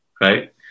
Right